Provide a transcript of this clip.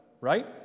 right